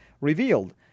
revealed